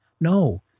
no